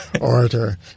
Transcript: orator